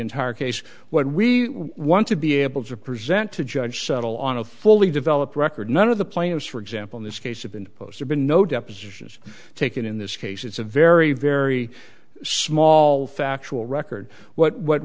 entire case what we want to be able to present to judge settle on a fully developed record none of the players for example in this case have been post or been no depositions taken in this case it's a very very small factual record what what